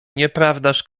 nieprawdaż